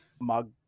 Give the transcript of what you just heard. mug